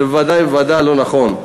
זה בוודאי ובוודאי לא נכון.